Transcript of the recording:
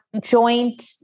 joint